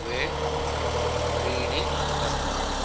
द्वे त्रीणि चत्वारि